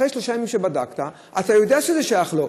אחרי שלושה ימים שבדקת אתה יודע שזה שייך לו.